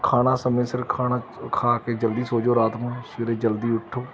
ਖਾਣਾ ਸਮੇਂ ਸਿਰ ਖਾਣਾ ਖਾ ਕੇ ਜਲਦੀ ਸੋ ਜਾਓ ਰਾਤ ਨੂੰ ਸਵੇਰੇ ਜਲਦੀ ਉੱਠੋ